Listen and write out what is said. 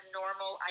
normal